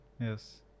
Yes